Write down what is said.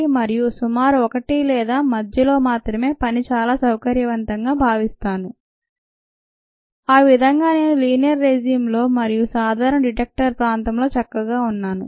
1 మరియు సుమారు ఒకటి లేదా మధ్యలో మాత్రమే పని చాలా సౌకర్యవంతంగా భావిస్తాను ఆ విధంగా నేను లీనియర్ రెజీమ్ లో మరియు సాధారణ డిటెక్టర్ ప్రాంతంలో చక్కగా ఉన్నాను